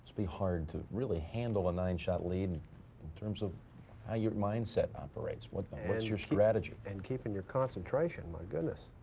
be hard to really handle a nine-shot lead in terms of how your mindset operates. what is your strategy and keeping your concentration? my goodness,